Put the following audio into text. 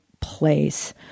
place